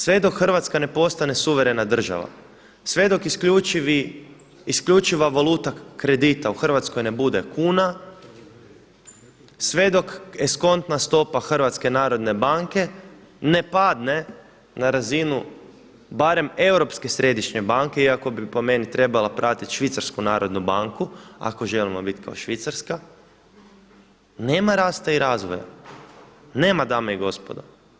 Sve dok Hrvatska ne postane suverena država, sve dok isključiva valuta kredita u Hrvatskoj ne bude kuna, sve dok eskontna stopa HNB-a ne padne na razinu barem Europske središnje banke iako bi po meni trebala pratiti Švicarsku narodnu banku ako želimo biti kao Švicarska, nema rasta i razvoja, nema dame i gospodo.